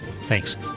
Thanks